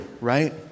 right